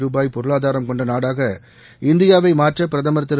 ருபாய் பொருளாதாரம் கொண்ட நாடாக இந்தியாவை மாற்ற பிரதமர் திரு